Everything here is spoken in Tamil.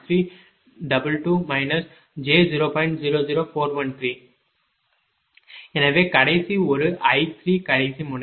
56° எனவே கடைசி ஒரு I3 கடைசி முனை